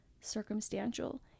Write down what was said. circumstantial